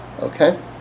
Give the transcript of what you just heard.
okay